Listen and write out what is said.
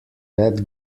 that